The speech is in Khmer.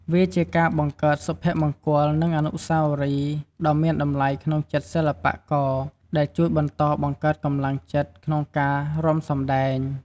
វាជាការបង្កើតសុភមង្គល និងអនុស្សាវរីយ៍ដ៏មានតម្លៃក្នុងចិត្តសិល្បករ ដែលជួយបន្តបង្កើតកម្លាំងចិត្តក្នុងការរាំសម្តែង។